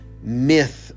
myth